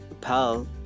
pal